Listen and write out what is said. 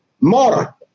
more